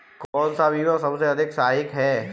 कौन सा बीमा सबसे अधिक सहायक है?